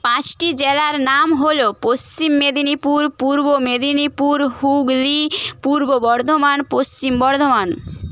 পাঁচটি জেলার নাম হল পশ্চিম মেদিনীপুর পূর্ব মেদিনীপুর হুগলী পূর্ব বর্ধমান পশ্চিম বর্ধমান